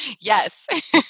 Yes